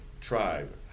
tribe